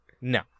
No